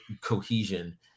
cohesion